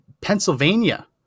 Pennsylvania